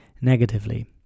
negatively